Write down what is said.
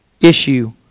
issue